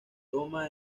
toma